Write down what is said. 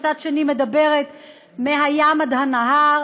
ומצד שני מדברת על מהים עד הנהר,